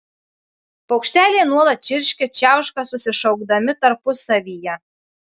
paukšteliai nuolat čirškia čiauška susišaukdami tarpusavyje